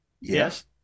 Yes